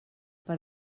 per